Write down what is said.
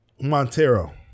Montero